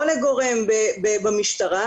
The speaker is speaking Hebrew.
או לגורם במשטרה,